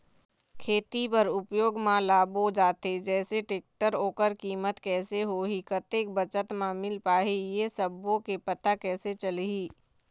खेती बर उपयोग मा लाबो जाथे जैसे टेक्टर ओकर कीमत कैसे होही कतेक बचत मा मिल पाही ये सब्बो के पता कैसे चलही?